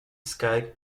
sky